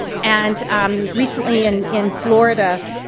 and um recently and in florida,